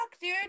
dude